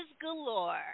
galore